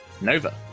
Nova